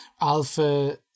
alpha